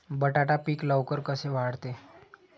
बटाटा पीक लवकर कसे वाढते?